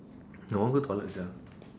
no I want go toilet sia